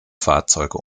fahrzeuge